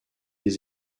des